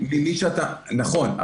נכון.